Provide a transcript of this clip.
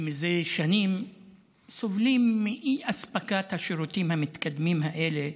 שמזה שנים סובלים מאי-אספקת השירותים המתקדמים האלה,